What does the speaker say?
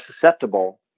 susceptible